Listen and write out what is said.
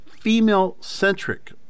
female-centric